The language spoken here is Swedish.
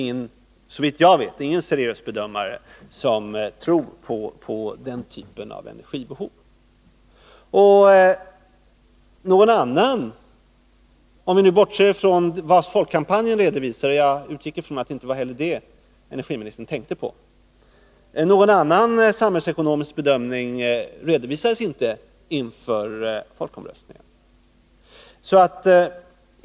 Det finns, såvitt jag vet, ingen seriös bedömare som tror på den typ av energibehov som redovisades av konsekvensutredningen. Om man bortser från vad folkkampanjen mot kärnkraft redovisade — jag utgår ifrån att det inte heller var det som energiministern tänkte på — så redovisades ju inte någon annan samhällsekonomisk bedömning än konsekvensutredningens inför folkomröstningen.